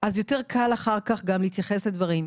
אז יותר קל אחר כך גם להתייחס לדברים.